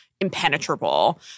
impenetrable